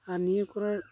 ᱟᱨ ᱱᱤᱭᱟᱹ ᱠᱚᱨᱮ